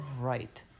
Right